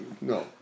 No